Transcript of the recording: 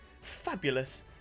fabulous